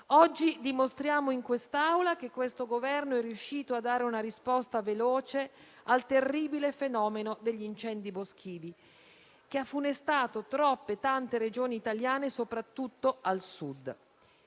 Oggi dimostriamo in quest'Aula che questo Governo è riuscito a dare una risposta veloce al terribile fenomeno degli incendi boschivi, che ha funestato troppe Regioni italiane, soprattutto al Sud.